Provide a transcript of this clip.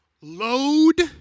load